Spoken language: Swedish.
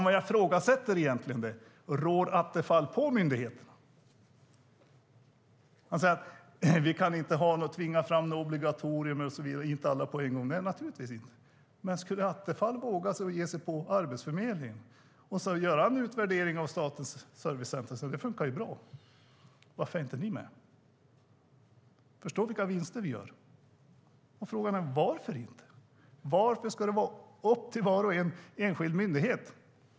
Vad jag ifrågasätter är om Attefall rår på myndigheterna. Han säger att man inte kan tvinga fram något obligatorium för alla på en gång. Nej, naturligtvis inte. Men skulle Attefall våga ge sig på Arbetsförmedlingen? Skulle han våga hänvisa till en utvärdering av Statens servicecenter och säga: Det funkar ju bra - varför är inte ni med? Förstå vilka vinster vi gör! Varför ska det vara upp till varje enskild myndighet?